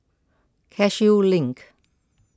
Cashew Link